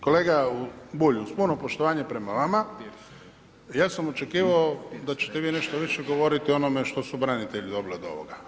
Kolega Bulj, uz puno poštovanje prema vama, ja sam očekivao da ćete vi nešto više govoriti o onome što su branitelji dobili od ovoga.